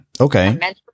okay